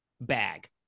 bag